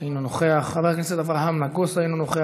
אינו נוכח,